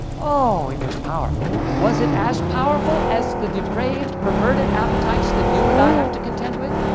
oh, it was powerful. was it as powerful as the depraved, perverted appetites that you and i have to contend with?